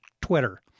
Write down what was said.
Twitter